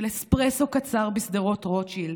של אספרסו קצר בשדרות רוטשילד,